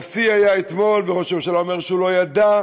והשיא היה אתמול, וראש הממשלה אומר שהוא לא ידע,